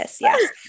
yes